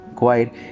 Quiet